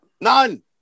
None